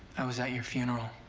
i was at your funeral,